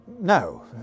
no